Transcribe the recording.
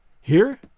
Here